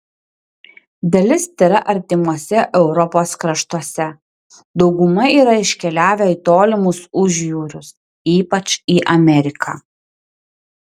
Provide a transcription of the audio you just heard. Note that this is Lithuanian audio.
dalis tėra artimuose europos kraštuose dauguma yra iškeliavę į tolimus užjūrius ypač į ameriką